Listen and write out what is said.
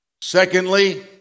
Secondly